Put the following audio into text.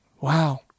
Wow